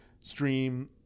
stream